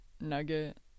Nugget